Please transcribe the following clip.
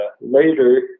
later